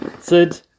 Sid